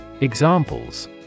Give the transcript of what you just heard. Examples